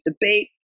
debate